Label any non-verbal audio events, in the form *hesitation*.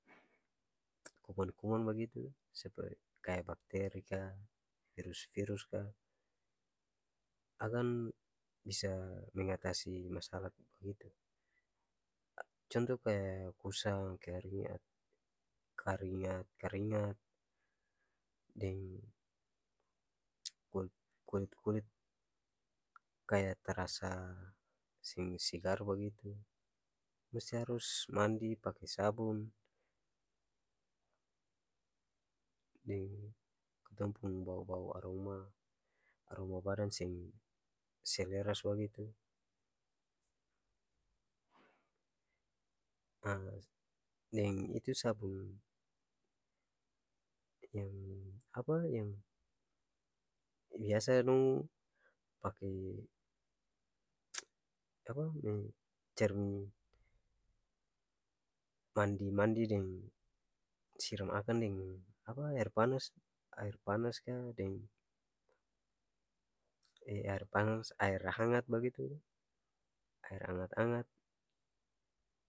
*noise* kuman-kuman bagitu seper kaya bakteri ka, virus-virus ka akan bisa mengatasi masalah begitu contoh kaya kusam, keringat, karingat-karingat deng *noise* kuli kulit-kulit kaya terasa seng segar bagitu musti harus mandi pake sabun deng katong pung bau-bau aroma aroma-badan seng seleras bagitu deng itu sabun yang *hesitation* biasa dong pake *noise* *hesitation* mandi-mandi deng siram akang deng *hesitation* aer panas aer-panas ka deng *hesitation* aer hangat bagitu aer angat-angat.